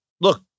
look